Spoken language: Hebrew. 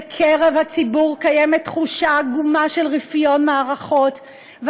בקרב הציבור קיימת תחושה עגומה של רפיון מערכות.